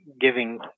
giving